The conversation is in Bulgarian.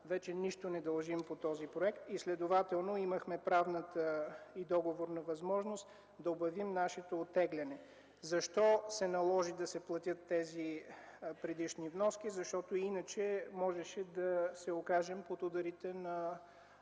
вече нищо не дължим по този проект, следователно имахме правната и договорна възможност да обявим нашето оттегляне. Защо се наложи да се платят тези предишни вноски? Защото иначе можеше да се окажем под ударите на